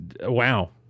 wow